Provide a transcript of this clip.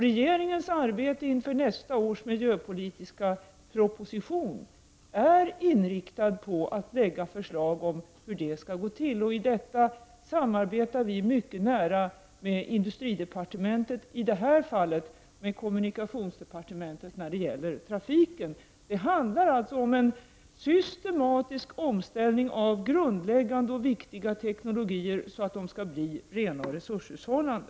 Regeringens arbete inför nästa års miljöpolitiska proposition är inriktat på att vi skall kunna lägga fram förslag om hur det skall gå till. Vi samarbetar mycket nära med industridepartementet och när det gäller trafiken med kommunikationsdepartementet. Det handlar alltså om en systematisk omställning av grundläggande och viktiga teknologier, så att de skall bli rena och resurshushållande.